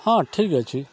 ହଁ ଠିକ୍ ଅଛି